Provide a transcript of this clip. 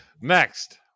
Next